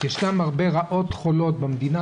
ישנן הרבה רעות חולות במדינה,